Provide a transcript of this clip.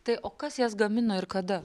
tai o kas jas gamino ir kada